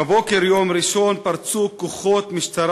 בבוקר יום ראשון פרצו כוחות משטרה